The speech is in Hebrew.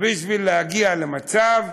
ובשביל להגיע למצב,